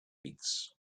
pits